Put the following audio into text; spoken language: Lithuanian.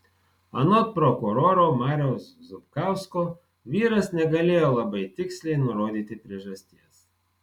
anot prokuroro mariaus zupkausko vyras negalėjo labai tiksliai nurodyti priežasties